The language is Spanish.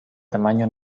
tamaño